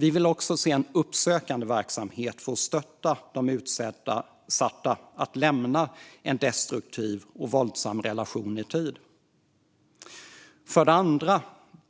Vi vill också se en uppsökande verksamhet för att stötta de utsatta i att lämna en destruktiv och våldsam relation i tid. För det andra